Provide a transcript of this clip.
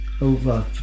over